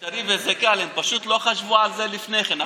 זה אפשרי וזה קל, הם פשוט לא חשבו על זה לפני כן.